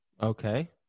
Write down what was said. Okay